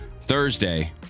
Thursday